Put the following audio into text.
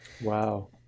Wow